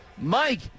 Mike